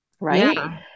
right